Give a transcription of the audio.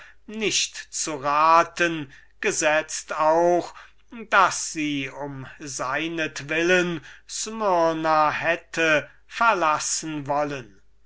nicht ratsam gesetzt auch daß sie um seinetwillen smyrna hätte verlassen wollen